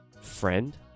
friend